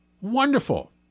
Wonderful